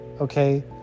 okay